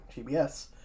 TBS